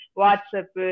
Whatsapp